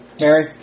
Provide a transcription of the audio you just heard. Mary